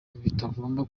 bitagomba